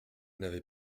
n’avez